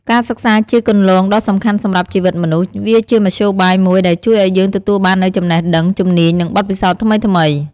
ការសិក្សាជាគន្លងដ៏សំខាន់សម្រាប់ជីវិតមនុស្ស វាជាមធ្យោបាយមួយដែលជួយឲ្យយើងទទួលបាននូវចំណេះដឹង ជំនាញ និងបទពិសោធន៍ថ្មីៗ។